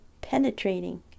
penetrating